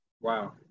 Wow